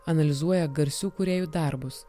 analizuoja garsių kūrėjų darbus